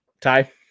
Ty